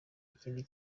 kindi